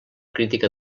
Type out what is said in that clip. crítica